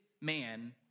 man